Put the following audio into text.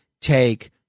take